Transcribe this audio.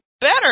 better